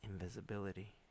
Invisibility